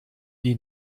die